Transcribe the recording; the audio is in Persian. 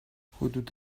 حدود